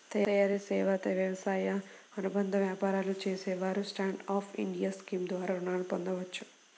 తయారీ, సేవా, వ్యవసాయ అనుబంధ వ్యాపారాలు చేసేవారు స్టాండ్ అప్ ఇండియా స్కీమ్ ద్వారా రుణాలను పొందవచ్చు